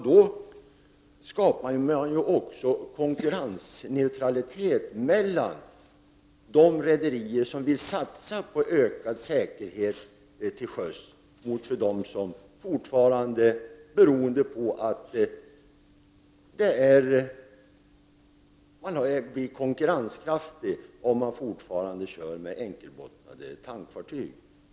Då skulle man också skapa konkurrensneutralitet mellan de rederier som vill satsa på ökad säkerhet till sjöss och dem som fortfarande, beroende på att man inte är tillräckligt konkurrenskraftig, kör med enkelbottnade tankfartyg.